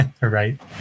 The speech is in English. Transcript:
right